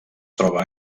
troba